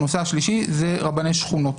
והנושא השלישי זה רבני שכונות.